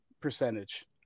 percentage